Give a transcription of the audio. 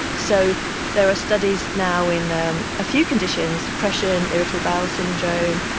so there are studies now in a few conditions depression, irritable bowel syndrome,